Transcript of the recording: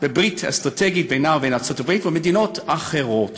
אסטרטגית בינה ובין ארצות-הברית ומדינות אחרות.